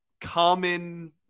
common